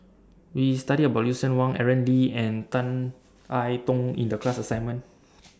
We studied about Lucien Wang Aaron Lee and Tan I Tong in The class assignment